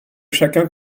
chacun